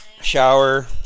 Shower